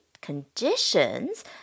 conditions